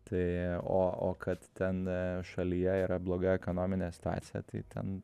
tai o o kad ten šalyje yra bloga ekonominė situacija tai ten